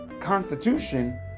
Constitution